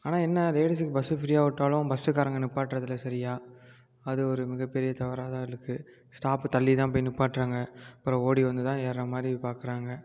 ஆனால் என்ன லேடிஸுக்கு பஸ்ஸு ஃப்ரீயாக விட்டாலும் பஸுக்காரங்க நிப்பாட்டுறது இல்லை சரியா அது ஒரு மிக பெரிய தவறாக தான் இருக்கு ஸ்டாப்பு தள்ளி தான் போய் நிப்பாட்டுறாங்க அப்புறம் ஓடி வந்து தான் ஏறுறா மாதிரி பார்க்குறாங்க